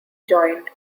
joined